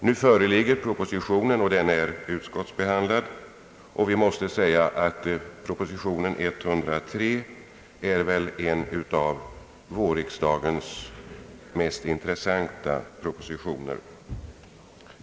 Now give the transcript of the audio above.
Nu är propositionen utskottsbehandlad, och vi måste säga att proposition nr 103 är en av vårriksdagens mest intressanta propositioner.